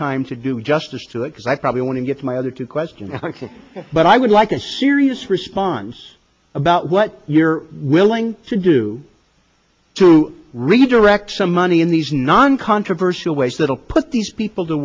time to do justice to it because i probably want to get my other two questions but i would like a serious response about what you're willing to do to redirect some money in these non controversial ways that will put these people to